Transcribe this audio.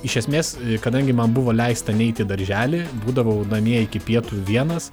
iš esmės kadangi man buvo leista neiti į darželį būdavau namie iki pietų vienas